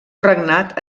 regnat